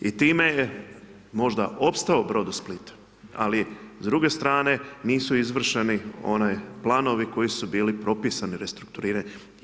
I time je možda opstao Brodosplit, ali s druge strane, nisu izvršeni oni planovi koji su bili propisani restrukturiranjem.